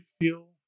feel